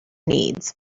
needs